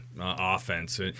offense